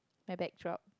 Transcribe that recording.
my bag drop